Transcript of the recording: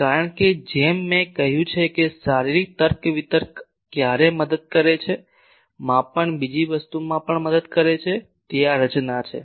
કારણ કે જેમ મેં કહ્યું છે કે શારીરિક તર્ક વિતર્ક ક્યારેક મદદ કરે છે માપન બીજી વસ્તુમાં પણ મદદ કરે છે તે આ રચના છે